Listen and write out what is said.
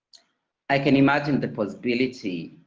i can imagine the possibility